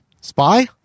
Spy